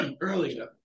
earlier